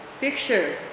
picture